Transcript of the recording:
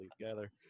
together